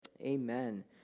Amen